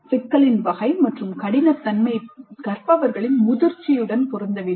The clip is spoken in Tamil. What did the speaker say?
சிக்கலின் வகை மற்றும் கடினத்தன்மை கற்பவர்களின் முதிர்ச்சியுடன் பொருந்த வேண்டும்